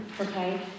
okay